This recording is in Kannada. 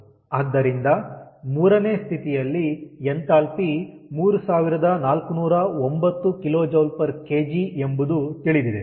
ಆದ್ದರಿಂದ 3ನೇ ಸ್ಥಿತಿಯಲ್ಲಿ ಎಂಥಾಲ್ಪಿ 3409kJkg ಎಂಬುದು ತಿಳಿದಿದೆ